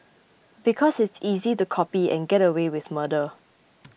because it's easy to copy and get away with murder